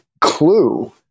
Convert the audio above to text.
clue